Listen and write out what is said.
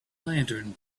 lantern